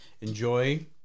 enjoy